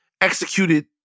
executed